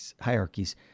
hierarchies